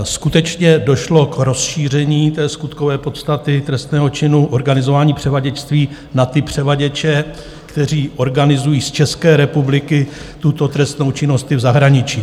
Skutečně došlo k rozšíření skutkové podstaty trestného činu organizování převaděčství na převaděče, kteří organizují z České republiky tuto trestnou činnost i v zahraničí.